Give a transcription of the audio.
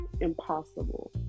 impossible